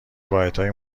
واحدهای